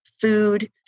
food